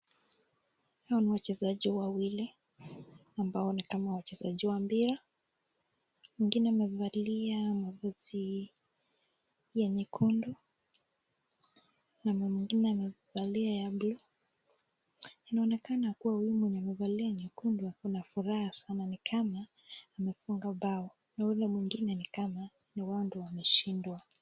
Hawa ni wachezaji wawili ambao nikama wachezaji wa mpira, mwingine amevalia mavazi ya nyekundu na mwingine amevalia ya buluu. Inaonekana kuwa wengi wamevalia nyekundu wako na furaha sana nikama wamefunga bao na yule mwingine nikama niwao ndio wameshindwa.